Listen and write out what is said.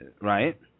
right